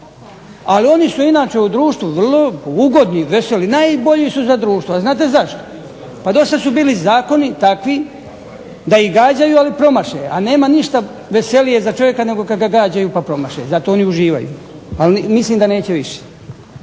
Ali oni su inače u društvu vrlo ugodni, veseli, najbolji su za društvo. A znate zašto? Pa do sad su bili zakoni takvi da ih gađaju, ali promaše a nema ništa veselije za čovjeka nego kad ga gađaju pa promaše. Zato oni uživaju. Ali mislim da neće više.